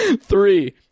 Three